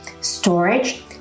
storage